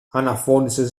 αναφώνησε